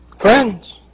Friends